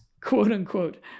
quote-unquote